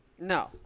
No